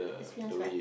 experience what